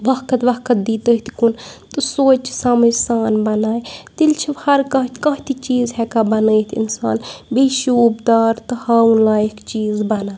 وقت وقت دِی تٔتھۍ کُن تہٕ سونٛچہِ سمٕجھ سان بَنایہِ تیٚلہِ چھِ ہر کانٛہہ کانٛہہ تہِ چیٖز ہیٚکان بَنٲیِتھ اِنسان بیٚیہِ شوٗبدار تہٕ ہاوُن لایِق چیٖز بَنان